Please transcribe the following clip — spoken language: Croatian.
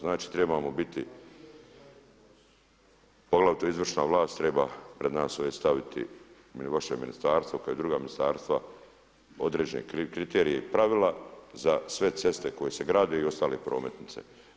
Znači trebamo biti, poglavito izvršna vlast treba pred nas ovdje staviti ili vaše ministarstvo kao i druga ministarstva određene kriterije i pravila za sve ceste koje se grade i ostale prometnice.